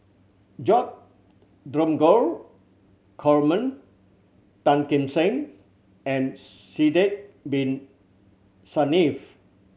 Dromgold Coleman Tan Kim Seng and Sidek Bin Saniff